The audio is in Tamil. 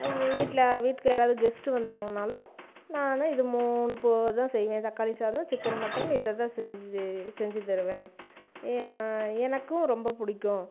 அவங்க வீட்டில் வீட்டுக்கு யாராது கெஸ்ட்டு வந்தாங்கன்னாலும் நான் இது மூணு போ தான் செய்வேன் தக்காளி சாதம் சிக்கன் மட்டன் இதைதான் செஞ்சு செஞ்சுத் தருவேன் எனக்கும் ரொம்ப பிடிக்கும்